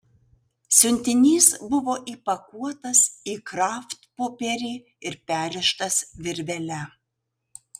siuntinys buvo įpakuotas į kraftpopierį ir perrištas virvele